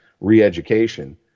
re-education